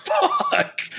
fuck